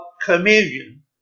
communion